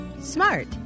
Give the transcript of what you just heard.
smart